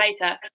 later